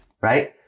right